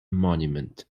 monument